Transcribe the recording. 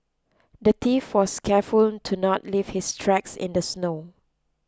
the thief was careful to not leave his tracks in the snow